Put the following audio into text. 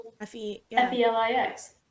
f-e-l-i-x